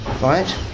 right